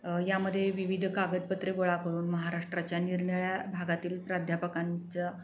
यामध्ये विविध कागदपत्रे गोळा करून महाराष्ट्राच्या निरनिराळ्या भागातील प्राध्यापकांचं